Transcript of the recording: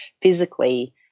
physically